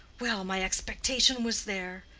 well, my expectation was there,